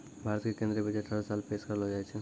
भारत के केन्द्रीय बजट हर साले पेश करलो जाय छै